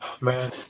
Man